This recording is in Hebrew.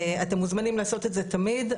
אתם מוזמנים לעשות את זה תמיד,